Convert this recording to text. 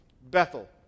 Bethel